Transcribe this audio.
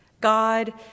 God